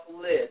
list